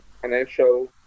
financial